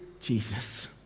Jesus